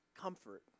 comfort